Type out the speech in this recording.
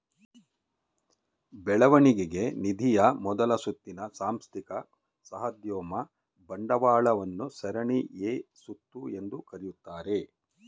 ಬೆಳವಣಿಗೆ ನಿಧಿಯ ಮೊದಲ ಸುತ್ತಿನ ಸಾಂಸ್ಥಿಕ ಸಾಹಸೋದ್ಯಮ ಬಂಡವಾಳವನ್ನ ಸರಣಿ ಎ ಸುತ್ತು ಎಂದು ಕರೆಯುತ್ತಾರೆ